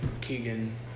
Keegan